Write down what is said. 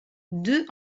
deux